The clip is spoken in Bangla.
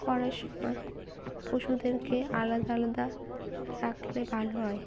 করার সময় পশুদেরকে আলাদা আলাদা রাখলে ভালো হয়